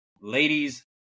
ladies